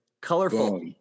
Colorful